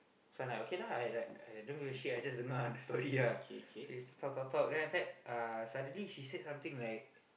so I like okay lah I like !aiya! I don't give a shit I just don't know ah the story ah then talk talk talk then suddenly she said something like